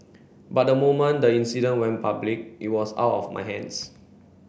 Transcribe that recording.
but the moment the incident went public it was out of my hands